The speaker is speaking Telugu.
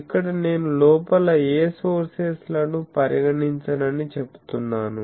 ఇక్కడ నేను లోపల ఏ సోర్సెస్ లను పరిగణించనని చెప్తున్నాను